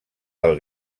del